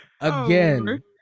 again